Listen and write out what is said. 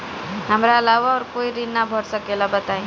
हमरा अलावा और कोई ऋण ना भर सकेला बताई?